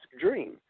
dream